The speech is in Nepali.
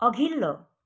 अघिल्लो